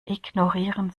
ignorieren